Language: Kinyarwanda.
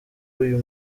uyu